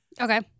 Okay